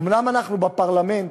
אומנם אנחנו בפרלמנט,